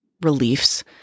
Reliefs